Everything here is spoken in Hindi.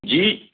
जी